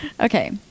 Okay